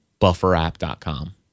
BufferApp.com